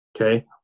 Okay